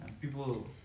people